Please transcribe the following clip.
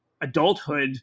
adulthood